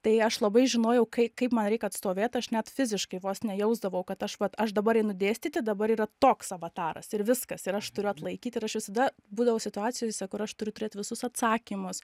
tai aš labai žinojau kai kaip man reik atstovėt aš net fiziškai vos ne jausdavau kad aš vat aš dabar einu dėstyti dabar yra toks avataras ir viskas ir aš turiu atlaikyt ir aš visada būdavau situacijose kur aš turiu turėt visus atsakymus